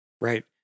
Right